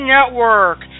Network